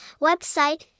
Website